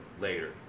later